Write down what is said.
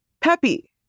peppy